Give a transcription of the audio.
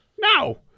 now